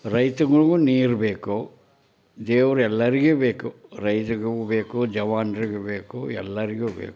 ರೈತಗುನು ನೀರು ಬೇಕು ದೇವ್ರು ಎಲ್ಲರಿಗೆ ಬೇಕು ರೈತ್ರಿಗು ಬೇಕು ಜವಾನ್ರಿಗೂ ಬೇಕು ಎಲ್ಲರಿಗೂ ಬೇಕು